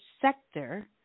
sector